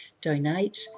donate